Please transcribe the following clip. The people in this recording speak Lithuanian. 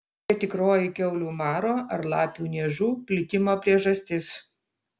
kokia tikroji kiaulių maro ar lapių niežų plitimo priežastis